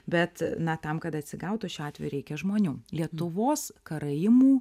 bet na tam kad atsigautų šiuo atveju reikia žmonių lietuvos karaimų